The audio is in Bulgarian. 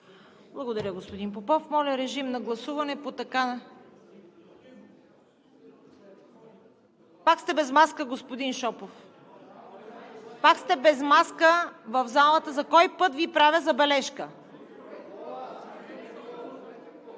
Благодаря, господин Попов. Моля, режим на гласуване по така направеното предложение. Господин Шопов, пак сте без маска в залата! За кой път Ви правя забележка?